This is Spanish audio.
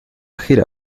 gira